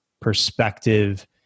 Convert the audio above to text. perspective